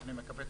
אני מקווה,